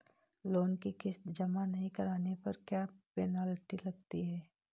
Loan की किश्त जमा नहीं कराने पर क्या पेनल्टी लगती है?